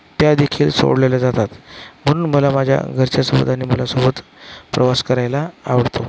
त्यादेखील सोडवल्या जातात म्हणून मला माझ्या घरच्यांसोबत आणि मुलासोबत प्रवास करायला आवडतो